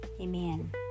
Amen